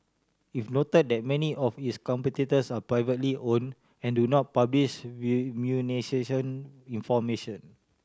it noted that many of its competitors are privately own and do not publish remuneration information